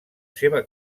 seva